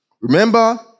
Remember